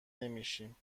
نمیشیم